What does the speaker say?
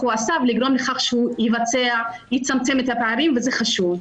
הוא עשה ולגרום לכך שהוא יצמצם את הפערים וזה חשוב.